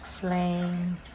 flame